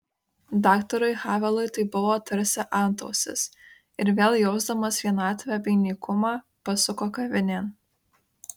daktarui havelui tai buvo tarsi antausis ir vėl jausdamas vienatvę bei nykumą pasuko kavinėn